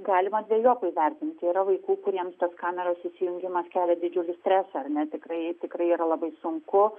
galima dvejopai vertinti yra vaikų kuriems tas kameros įsijungimas kelia didžiulį stresą nes tikrai tikrai yra labai sunku